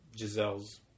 Giselle's